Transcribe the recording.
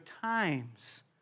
times